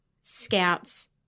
Scouts